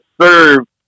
serve